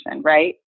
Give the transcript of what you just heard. right